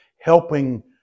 helping